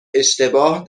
اشتباه